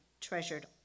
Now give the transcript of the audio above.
treasured